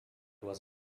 was